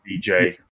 DJ